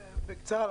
בקצרה,